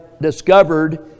discovered